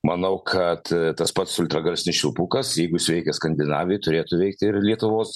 manau kad tas pats ultragarsinis švilpukas jeigu jis veikia skandinavijoj turėtų veikti ir lietuvos